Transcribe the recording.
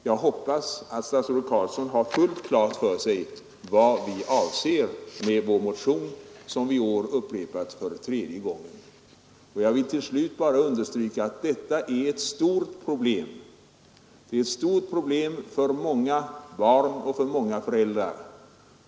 Jag hoppas att statsrådet Carlsson har fullt klart för sig vad vi avser med vår motion som vi i år väckt för tredje gången. Till slut vill jag bara understryka att detta är ett stort problem för många barn och för många föräldrar.